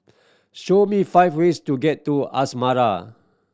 show me five ways to get to Asmara